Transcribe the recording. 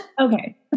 Okay